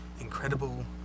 incredible